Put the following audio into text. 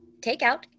takeout